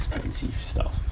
expensive stuff